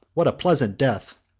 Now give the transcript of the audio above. what a pleasant death!